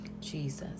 jesus